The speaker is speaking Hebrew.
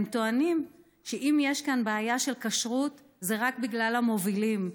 הם טוענים שאם יש כאן בעיה של כשרות זה רק בגלל המובילים,